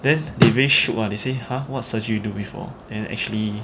then they really shoot ah they say !huh! what surgery you do before then actually